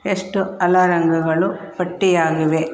ಎಷ್ಟು ಅಲಾರಂಗಗಳು ಪಟ್ಟಿಯಾಗಿವೆ